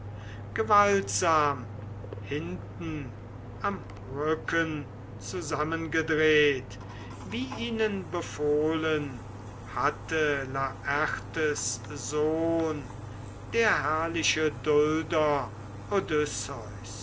gewaltsam hinten am rücken zusammengedreht wie ihnen befohlen hatte laertes sohn der herrliche dulder